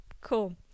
cool